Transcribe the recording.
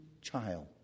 child